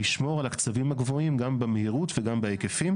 לשמור על הקצבים הגבוהים גם במהירות וגם בהיקפים.